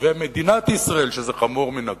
ומדינת ישראל, שזה חמור מן הכול.